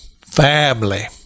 family